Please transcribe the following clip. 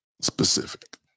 specific